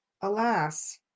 alas